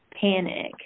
panic